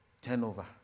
turnover